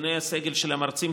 ארגוני הסגל של המרצים.